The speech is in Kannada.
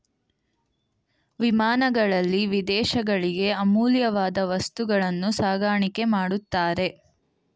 ವಿಮಾನಗಳಲ್ಲಿ ವಿದೇಶಗಳಿಗೆ ಅಮೂಲ್ಯವಾದ ವಸ್ತುಗಳನ್ನು ಸಾಗಾಣಿಕೆ ಮಾಡುತ್ತಾರೆ